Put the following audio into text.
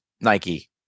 Nike